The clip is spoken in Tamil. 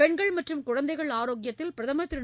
பெண்கள் மற்றும் குழந்தைகள் ஆரோக்கியத்தில் பிரதமர் திரு